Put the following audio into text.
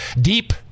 deep